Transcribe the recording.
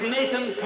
Nathan